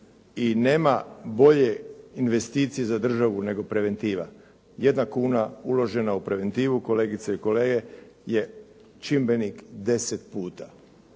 i nema bolje investicije za državu nego preventiva. Jedna kuna uložena u preventivu, kolegice i kolege, je čimbenik deset puna.